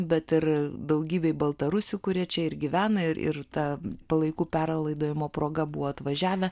bet ir daugybei baltarusių kurie čia ir gyvena ir ir ta palaikų perlaidojimo proga buvo atvažiavę